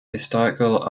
historical